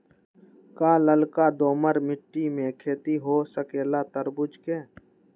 का लालका दोमर मिट्टी में खेती हो सकेला तरबूज के?